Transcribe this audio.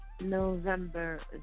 November